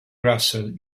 russell